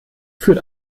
führt